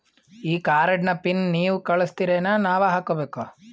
ಈ ಕಾರ್ಡ್ ನ ಪಿನ್ ನೀವ ಕಳಸ್ತಿರೇನ ನಾವಾ ಹಾಕ್ಕೊ ಬೇಕು?